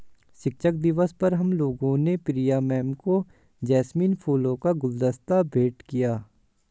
शिक्षक दिवस पर हम लोगों ने प्रिया मैम को जैस्मिन फूलों का गुलदस्ता भेंट किया